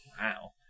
Wow